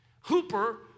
Hooper